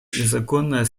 законное